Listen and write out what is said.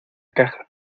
caja